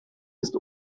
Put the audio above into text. ist